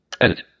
Edit